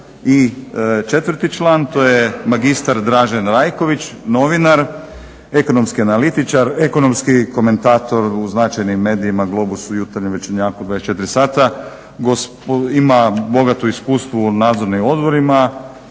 I četvrti član to je magistar Dražen Rajković, novinar, ekonomski komentator u značajnim medijima Globusu, Jutarnjem, Večernjaku, 24 sata. Ima bogato iskustvo u nadzornim odborima.